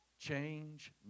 change